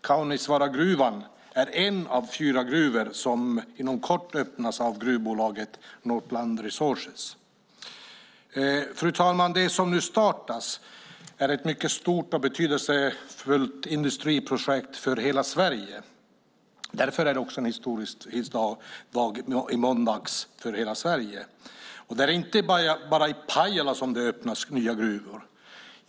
Kaunisvaaragruvan är en av fyra gruvor som inom kort öppnas av gruvbolaget Northland Resources. Fru talman! Det som nu startas är ett mycket stort och betydelsefullt industriprojekt för hela Sverige. Därför var det också en historisk dag i måndags för hela Sverige. Det är inte bara i Pajala som det öppnas nya gruvor.